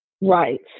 right